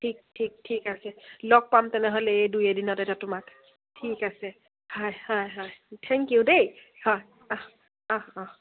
ঠিক ঠিক ঠিক আছে লগ পাম তেনেহ'লে এই দুই এদিনত এটা তোমাক ঠিক আছে হয় হয় হয় থেংক ইউ দেই হয় অঁ অঁ অঁ